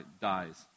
dies